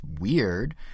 weird